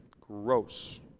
Gross